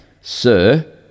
sir